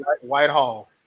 Whitehall